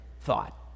thought